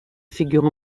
figure